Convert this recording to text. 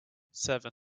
seven